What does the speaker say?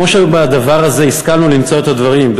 כמו שבדבר הזה השכלנו למצוא את הדברים,